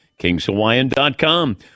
KingsHawaiian.com